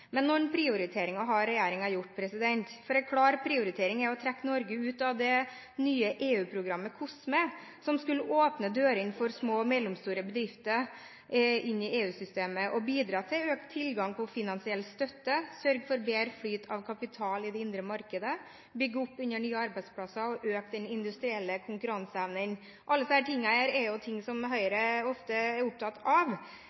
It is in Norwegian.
men noen prioriteringer har regjeringen gjort. En klar prioritering er å trekke Norge ut av det nye EU-programmet COSME, som skulle åpne dørene for små og mellomstore bedrifter inn i EU-systemet og bidra til økt tilgang på finansiell støtte, sørge for bedre flyt av kapital i det indre markedet, bygge opp under nye arbeidsplasser og øke den industrielle konkurranseevnen. Alle disse tingene er noe som Høyre ofte er opptatt av.